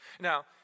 Now